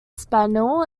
spaniel